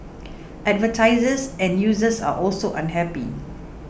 advertisers and users are also unhappy